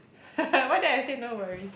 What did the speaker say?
why did I say no worries